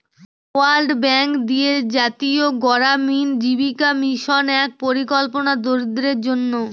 world bank দিয়ে জাতীয় গড়ামিন জীবিকা মিশন এক পরিকল্পনা দরিদ্রদের জন্য